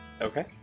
Okay